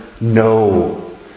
No